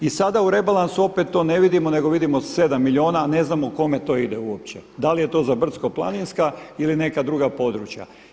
I sada opet u rebalansu to ne vidimo nego vidimo 7 milijuna, a ne znamo kome to ide uopće, da li je to za brdsko-planinska ili neka druga područja.